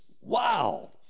Wow